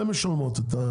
הן משלמות את ה